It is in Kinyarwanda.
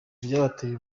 byabateye